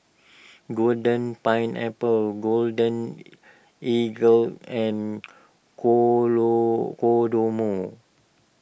Golden Pineapple Golden Eagle and Kodomo